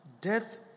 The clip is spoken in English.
Death